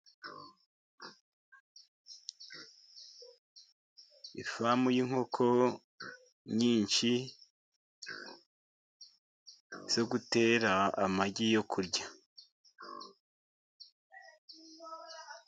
Ifamu y'inkoko nyinshi zo gutera amagi yo kurya.